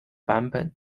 版本